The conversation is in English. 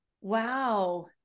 wow